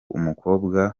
umukobwa